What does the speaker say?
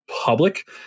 public